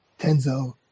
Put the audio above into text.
Tenzo